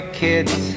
kids